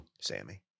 Sammy